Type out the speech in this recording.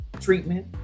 treatment